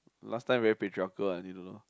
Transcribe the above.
last time very patriachal one you don't know